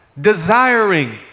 desiring